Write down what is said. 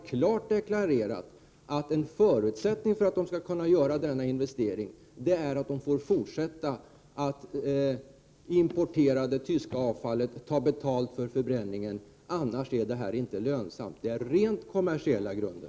Ledningen har klart deklarerat att en förutsättning för att man skall kunna göra denna investering är att man får fortsätta importera det tyska avfallet och ta betalt för förbränning. Annars är detta inte lönsamt. Det är rent kommersiella grunder.